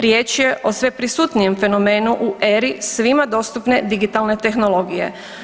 Riječ je o sve prisutnijem fenomenu u eri svima dostupne digitalne tehnologije.